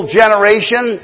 generation